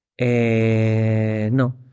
no